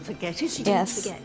Yes